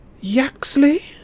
yaxley